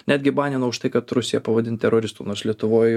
netgi banino už tai kad rusiją pavadint teroristu nors lietuvoj